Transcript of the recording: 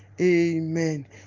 Amen